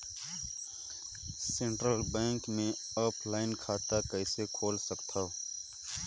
Central bank मे offline खाता कइसे खोल सकथव?